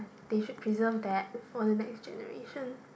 they should preserve that for the next generation